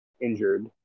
injured